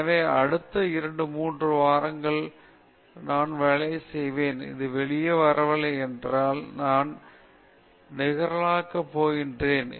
எனவே அடுத்த இரண்டு மூன்று வாரங்களுக்கு நான் வேலை செய்வேன் அது வெளியே வரவில்லை என்றால் நான் நிராகரிக்கப் போகிறேன்